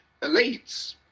elites